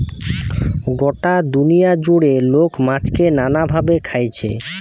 গটা দুনিয়া জুড়ে লোক মাছকে নানা ভাবে খাইছে